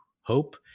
hope